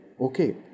Okay